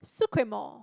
Sucremor